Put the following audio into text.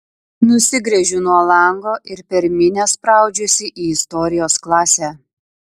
nusigręžiu nuo lango ir per minią spraudžiuosi į istorijos klasę